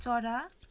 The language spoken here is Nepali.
चरा